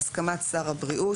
בהסכמת שר הבריאות,